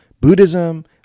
Buddhism